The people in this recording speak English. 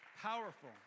Powerful